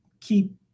keep